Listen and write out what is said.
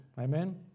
amen